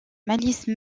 malice